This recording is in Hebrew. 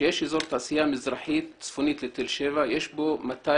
שיש אזור תעשייה צפונית לתל שבע ויש בו 200